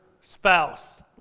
spouse